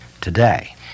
Today